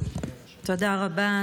תודה רבה,